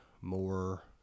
more